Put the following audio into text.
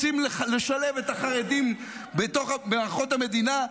רוצים לשלב את החרדים באורחות המדינה,